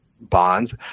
bonds